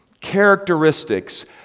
characteristics